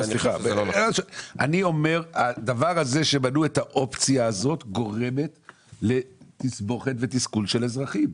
אני אומר שזה שבנו את האופציה הזאת גורם לתסכול ותסבוכת של אזרחים.